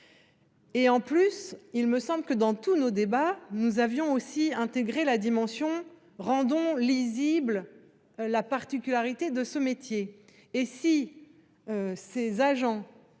Et en plus il me semble que dans tous nos débats. Nous avions aussi intégrer la dimension rendons lisibles. La particularité de ce métier et